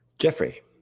Jeffrey